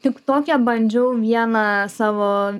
tik toke bandžiau vieną savo